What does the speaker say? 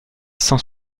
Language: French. cent